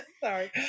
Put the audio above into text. Sorry